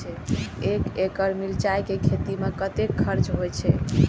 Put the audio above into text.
एक एकड़ मिरचाय के खेती में कतेक खर्च होय छै?